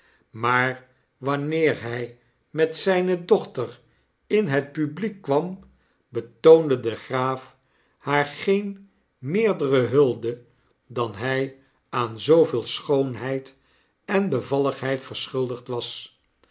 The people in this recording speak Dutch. maar wanneer hy met zyne dochter in het publiek kwam betoonde de graaf haar geen meerdere hulde dan hy aan zooveel schoonheid en bevalligheid verschuldigd was